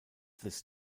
this